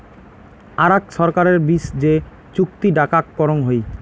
আরাক ছরকারের বিচ যে চুক্তি ডাকাক করং হই